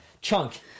Chunk